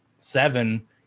seven